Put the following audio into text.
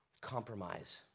compromise